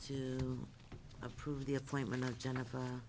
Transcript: to approve the appointment of jennifer